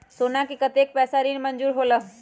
सोना पर कतेक पैसा ऋण मंजूर होलहु?